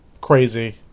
crazy